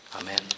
Amen